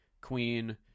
Queen